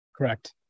Correct